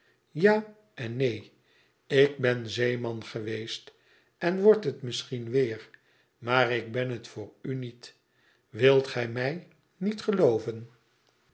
a en neen ik ben zeeman geweest en word het misschien weer maar ik ben het voor u niet wilt gij mij niet gelooven